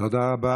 תודה רבה.